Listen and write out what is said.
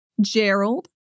Gerald